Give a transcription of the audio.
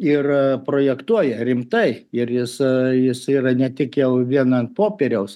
ir projektuoja rimtai ir jis jis yra ne tik jau vien an popieriaus